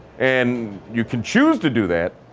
and you can choose to do that.